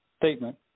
statement